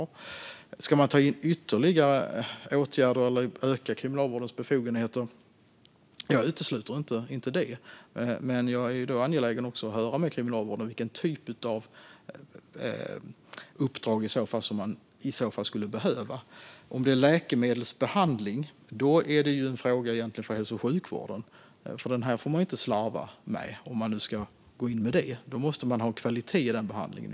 Jag utesluter inte att man ska vidta ytterligare åtgärder eller öka Kriminalvårdens befogenheter. Men jag är angelägen om att höra med kriminalvården vilken typ av uppdrag som i så fall skulle behövas. Om det är fråga om läkemedelsbehandling är det egentligen en fråga för hälso och sjukvården. Det får det inte slarvas med. Om man ska gå in med det måste det vara en kvalitet i den behandlingen.